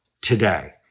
today